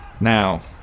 Now